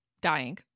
dying